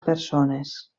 persones